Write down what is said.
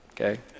okay